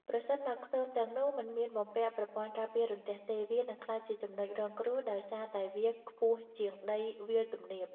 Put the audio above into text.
ប្រសិនបើខ្ទមទាំងនោះមិនមានបំពាក់ប្រព័ន្ធការពាររន្ទះទេ វានឹងក្លាយជាចំណុចរងគ្រោះដោយសារតែវាខ្ពស់ជាងដីវាលទំនាប។